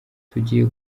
tugiye